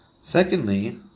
Secondly